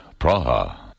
Praha